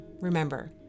remember